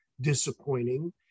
disappointing